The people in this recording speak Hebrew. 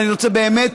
ואני רוצה באמת,